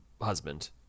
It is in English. husband